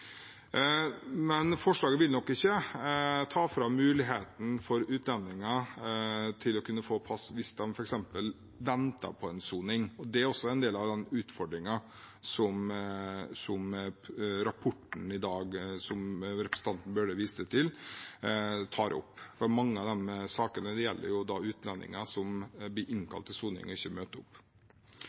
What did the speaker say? Men forslaget vil nok ikke ta fra utlendinger muligheten til å kunne få pass hvis de f.eks. venter på en soning. Det er også en del av den utfordringen som rapporten som representanten Bøhler viste til i dag, tar opp, for mange av de sakene gjelder jo utlendinger som blir innkalt til soning og ikke møter opp.